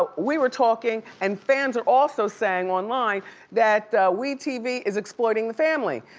but we were talking and fans are also saying online that we tv is exploiting the family,